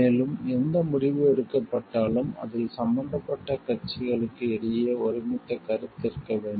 மேலும் எந்த முடிவு எடுக்கப்பட்டாலும் அதில் சம்பந்தப்பட்ட கட்சிகளுக்கு இடையே ஒருமித்த கருத்து இருக்க வேண்டும்